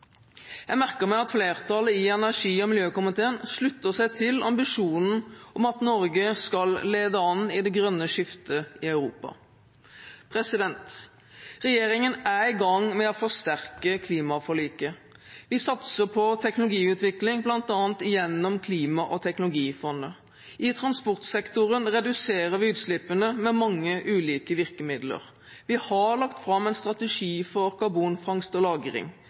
Jeg merker meg at flertallet i energi- og miljøkomiteen slutter seg til ambisjonen om at Norge skal lede an i det grønne skiftet i Europa. Regjeringen er i gang med å forsterke klimaforliket. Vi satser på teknologiutvikling, bl.a. gjennom klima- og teknologifondet. I transportsektoren reduserer vi utslippene med mange ulike virkemidler. Vi har lagt fram en strategi for karbonfangst og